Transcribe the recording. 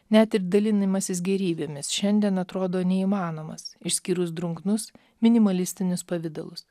net ir dalinimasis gėrybėmis šiandien atrodo neįmanomas išskyrus drungnus minimalistinius pavidalus